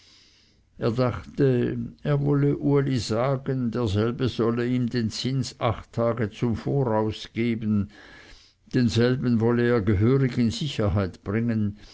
er dachte er wolle uli sagen derselbe solle ihm den zins acht tage zum voraus geben denselben wolle er gehörig in sicherheit bringen